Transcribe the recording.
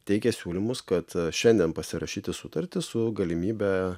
teikia siūlymus kad šiandien pasirašyti sutartį su galimybe